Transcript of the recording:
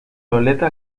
aleta